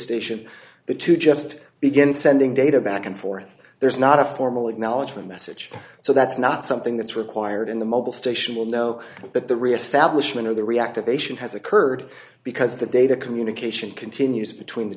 station the two just begin sending data back and forth there's not a formal acknowledgement message so that's not something that's required in the mobile station will know that the reestablishment of the reactivation has occurred because the data communication continues between the